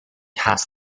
has